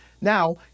Now